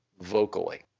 vocally